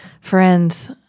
Friends